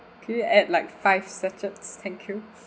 can you add like five sachets thank you